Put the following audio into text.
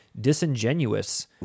disingenuous